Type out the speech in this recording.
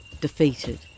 defeated